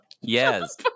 Yes